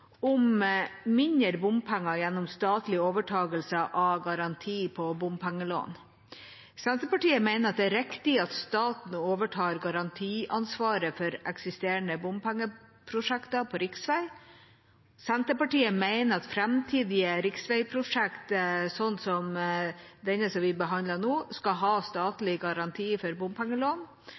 om mindre bompenger gjennom statlig overtakelse av garanti på bompengelån. Senterpartiet mener det er riktig at staten overtar garantiansvaret for eksisterende bompengeprosjekter på riksvei. Senterpartiet mener at framtidige riksveiprosjekt, som det vi behandler nå, skal ha statlig garanti for bompengelån.